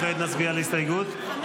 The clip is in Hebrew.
כעת נצביע על -- 546.